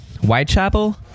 Whitechapel